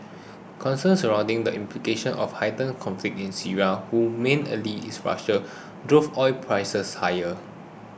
concerns surrounding the implications of heightened conflict in Syria who main ally is Russia drove oil prices higher